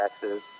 taxes